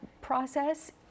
process